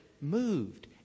moved